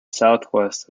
southwest